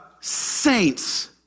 saints